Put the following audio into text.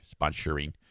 sponsoring